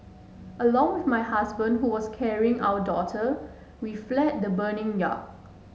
along with my husband who was carrying our daughter we fled the burning yacht